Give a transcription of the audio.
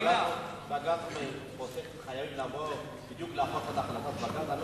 צריך להפוך בדיוק את החלטת בג"ץ?